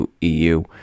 EU